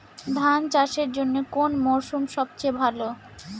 ধান চাষের জন্যে কোন মরশুম সবচেয়ে ভালো?